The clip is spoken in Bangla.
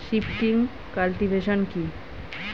শিফটিং কাল্টিভেশন কি?